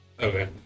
okay